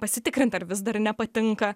pasitikrint ar vis dar nepatinka